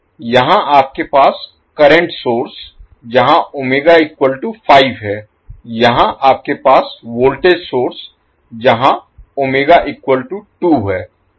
यहां आपके पास करंट सोर्स है यहां आपके पास वोल्टेज सोर्स है जहां ω 2 है